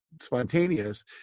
spontaneous